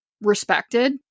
respected